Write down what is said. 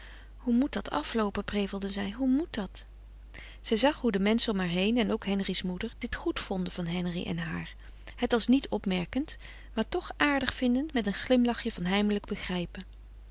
hoe moet dat afloopen prevelde zij hoe moet dat zij zag hoe de menschen om haar heen en ook henri's moeder dit goed vonden van henri en haar het als niet opmerkend maar toch aardig vindend met een glimlachje van heimelijk begrijpen